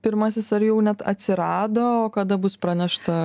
pirmasis ar jau net atsirado o kada bus pranešta